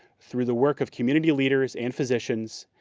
through the work of community leaders and physicians,